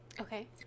Okay